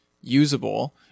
usable